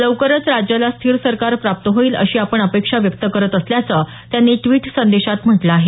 लवकरच राज्याला स्थिर सरकार प्राप्त होईल अशी आपण अपेक्षा व्यक्त करत असल्याचं त्यांनी ट्विट संदेशात म्हटलं आहे